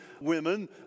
women